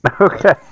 Okay